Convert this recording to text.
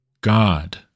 God